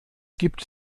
gibt